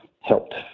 helped